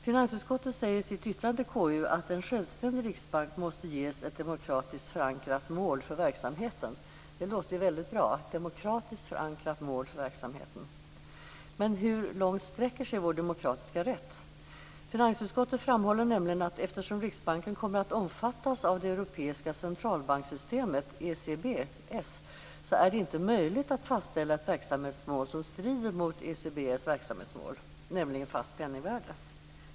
Finansutskottet anför i sitt yttrande till KU att en självständig riksbank måste ges ett demokratiskt förankrat mål för verksamheten. Det låter ju väldigt bra, men hur långt sträcker sig vår demokratiska rätt? Finansutskottet framhåller nämligen att det, eftersom Riksbanken kommer att omfattas av det europeiska centralbankssystemet, ECBS, inte är möjligt att fastställa ett verksamhetsmål som strider mot ECBS verksamhetsmål, nämligen ett fast penningvärde.